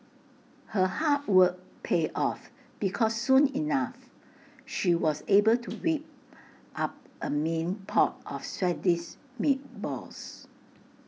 her hard work paid off because soon enough she was able to whip up A mean pot of Swedish meatballs